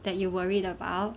that you worried about